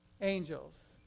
Angels